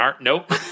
Nope